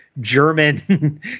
German